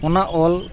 ᱚᱱᱟ ᱚᱞ